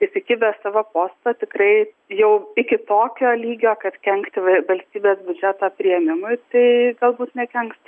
įsikibęs savo posto tikrai jau iki tokio lygio kad kenkti valstybės biudžeto priėmimui tai galbūt nekenks